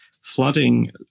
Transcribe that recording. flooding